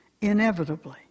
inevitably